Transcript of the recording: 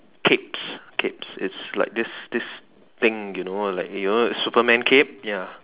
capes capes it's like this this thing you know like you know Superman cape ya